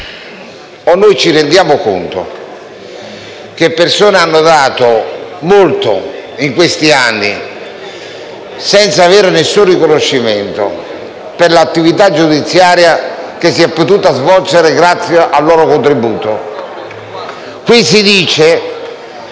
conto che vi sono persone che hanno dato molto in questi anni senza aver alcun riconoscimento per l'attività giudiziaria che si è potuta svolgere grazie al loro contributo.